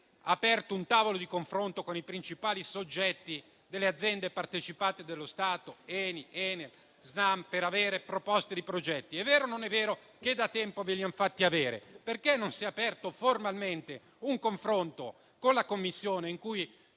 aperto un tavolo di confronto con i principali soggetti delle aziende partecipate dello Stato, Eni, Enel e Snam, per avere proposte di progetti? È vero non è vero che da tempo ve li hanno fatti avere? Perché non si è aperto formalmente un confronto con la Commissione, in cui